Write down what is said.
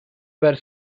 were